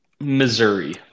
Missouri